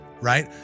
right